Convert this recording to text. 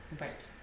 right